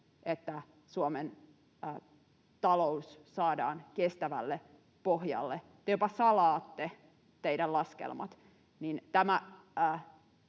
että Suomen talous saadaan kestävälle pohjalle. Te jopa salaatte teidän laskelmanne.